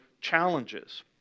challenges